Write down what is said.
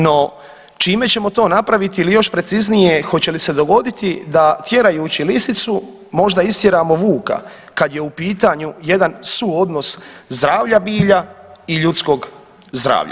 No, čime ćemo to napraviti ili još preciznije, hoće li se dogoditi da tjerajući lisicu, možda istjeramo vuka kad je u pitanju jedan suodnos zdravlja bilja i ljudskog zdravlja.